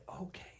okay